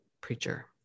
preacher